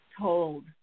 told